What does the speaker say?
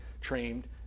trained